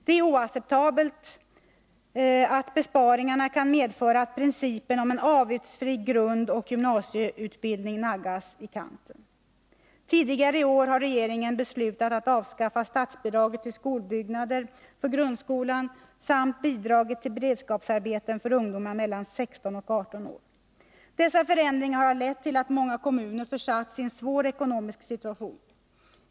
Det är oacceptabelt att besparingarna kan medföra att principen om en avgiftsfri grundoch gymnasieutbildning naggas i kanten. Tidigare i år har regeringen beslutat att avskaffa statsbidraget till skolbyggnader för grundskolan samt bidraget till beredskapsarbeten för ungdomar mellan 16 och 18 år. Dessa förändringar har lett till att många kommuner försatts i en svår ekonomisk situation.